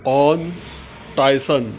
on tyson